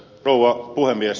rouva puhemies